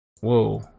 Whoa